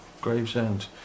Gravesend